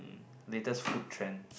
latest food trend